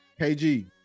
KG